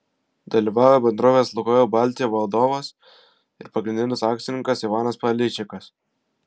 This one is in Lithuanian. dalyvauja bendrovės lukoil baltija vadovas ir pagrindinis akcininkas ivanas paleičikas